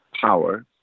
power